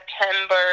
September